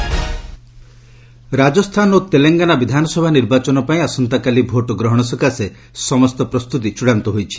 ଆସେମ୍କ୍ ରାଜସ୍ଥାନ ଓ ତେଲେଙ୍ଗାନା ବିଧାନସଭା ନିର୍ବାଚନ ପାଇଁ ଆସନ୍ତାକାଲି ଭୋଟଗ୍ରହଣ ସକାଶେ ସମସ୍ତ ପ୍ରସ୍ତୁତି ଚୂଡ଼ାନ୍ତ ହୋଇଛି